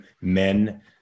men